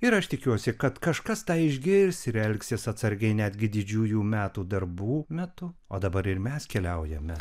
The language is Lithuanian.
ir aš tikiuosi kad kažkas tą išgirs ir elgsis atsargiai netgi didžiųjų metų darbų metu o dabar ir mes keliaujame